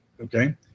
Okay